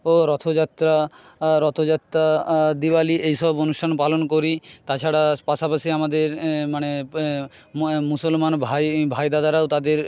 ও রথযাত্রা রথযাত্রা দিয়ালি এই সব অনুষ্ঠান পালন করি তাছাড়া পাশাপাশি আমাদের মানে মুসলমান ভাই ভাই দাদারাও তাদের